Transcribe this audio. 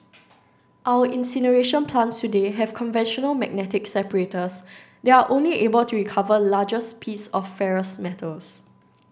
our incineration plants today have conventional magnetic separators there are only able to recover larger piece of ferrous metals